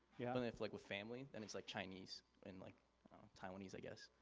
yeah? but if like with family then it's like chinese and like taiwanese i guess.